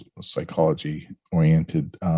psychology-oriented